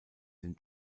den